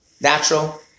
Natural